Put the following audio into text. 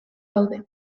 daude